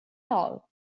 all